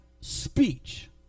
speech